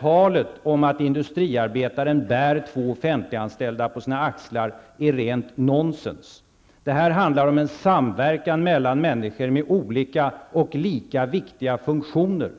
Talet om att industriarbetaren bär två offentliganställda på sina axlar är rent nonsens. Det handlar om en samverkan mellan människor med olika funktioner som är lika viktiga.